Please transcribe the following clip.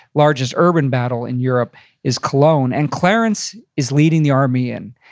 largest urban battle in europe is cologne. and clarence is leading the army in.